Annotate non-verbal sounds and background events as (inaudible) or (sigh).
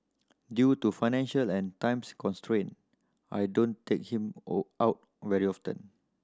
due to financial and times constraint I don't take him (unintelligible) out very often